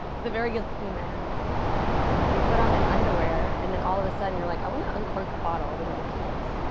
very good-looking man you put on an underwear and then all of a sudden you're like i want to uncork a bottle with my penis.